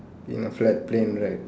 in a flat plane right